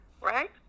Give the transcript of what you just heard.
right